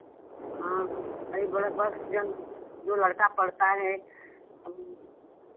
हाँ वही बड़ा बक्स जो जो लड़का पढ़ता है और